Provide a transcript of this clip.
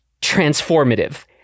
transformative